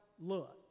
look